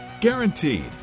Guaranteed